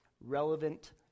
relevant